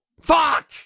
Fuck